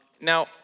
Now